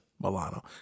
Milano